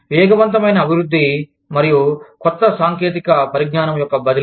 వేగవంతమైన అభివృద్ధి మరియు కొత్త సాంకేతిక పరిజ్ఞానం యొక్క బదిలీ